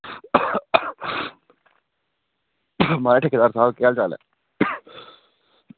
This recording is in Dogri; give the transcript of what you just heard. महाराज ठेकेदार साहब केह् हाल चाल ऐ